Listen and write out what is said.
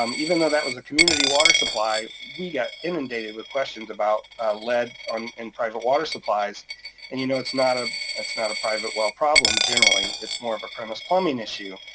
um even though that was a community water supply, we got inundated with questions about lead in private water supplies and you know it's not ah it's not a private well problem generally, it's more of a premise plumbing issue.